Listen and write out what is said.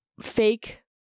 fake